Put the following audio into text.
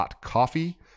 .coffee